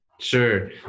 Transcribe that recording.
Sure